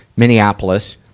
minneapolis.